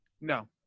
No